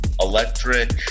Electric